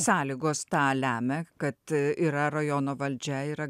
sąlygos tą lemia kad yra rajono valdžia yra